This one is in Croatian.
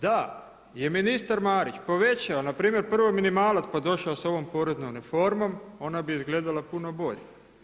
Da je ministar Marić povećao na primjer prvo minimalac pa došao sa ovom poreznom reformom ona bi izgledala puno bolje.